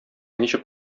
ничек